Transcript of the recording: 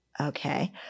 Okay